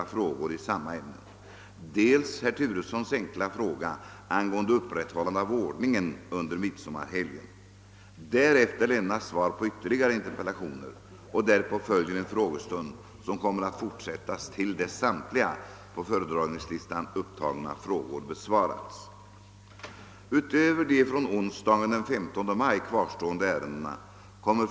13.00 besvaras 26 enkla frågor, av vilka 8 upptas i samband med besvarande av interpellationer.